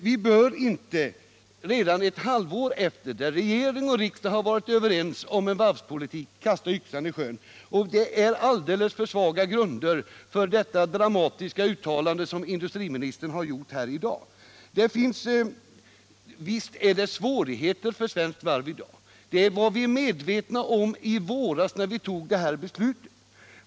Vi bör inte, redan ett halvår efter det att regering och riksdag varit överens om en varvspolitik, kasta yxan i sjön. Det är alldeles för svaga grunder för det dramatiska uttalande som industriministern har gjort — Nr 32 här i dag. Tisdagen den Visst är det svårigheter för de svenska varven nu — det var vi medvetna 22 november 1977 om i våras, när vi fattade beslutet.